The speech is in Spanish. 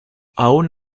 aun